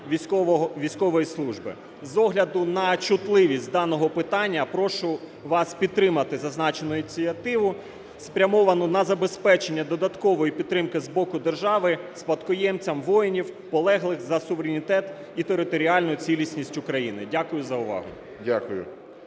військової служби. З огляду на чутливість даного питання прошу вас підтримати зазначену ініціативу, спрямовану на забезпечення додаткової підтримки з боку держави спадкоємцям воїнів, полеглих за суверенітет і територіальну цілісність України. Дякую за увагу.